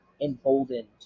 emboldened